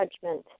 judgment